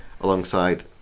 alongside